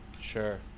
Sure